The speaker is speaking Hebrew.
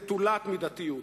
נטולת מידתיות.